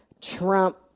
trump